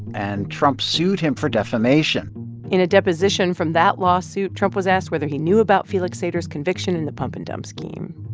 and trump sued him for defamation in a deposition from that lawsuit, trump was asked whether he knew about felix sater's conviction in the pump-and-dump scheme.